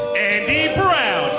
andy brown